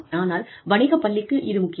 ஆனால் வணிக பள்ளிக்கு இது முக்கியம்